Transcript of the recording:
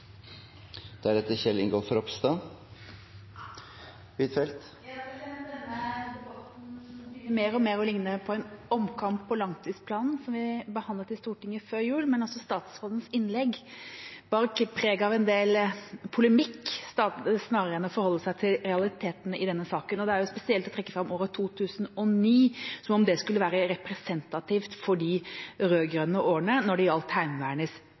mer på en omkamp om langtidsplanen som vi behandlet i Stortinget før jul, men også statsrådens innlegg bar preg av en del polemikk snarere enn av å forholde seg til realitetene i denne saken. Det er jo spesielt å trekke fram året 2009, som om det skulle være representativt for de rød-grønne årene når det gjaldt Heimevernets